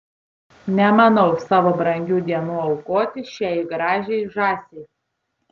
nemanau savo brangių dienų aukoti šiai gražiai žąsiai